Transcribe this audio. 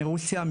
מרוסיה,